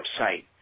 website